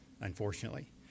unfortunately